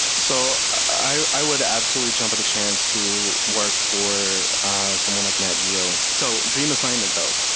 so i would absolutely jump at the chance to work for someone like nat geo. so dream assignment though,